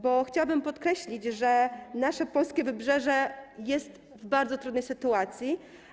Bo chciałabym podkreślić, że nasze polskie Wybrzeże jest w bardzo trudnej sytuacji.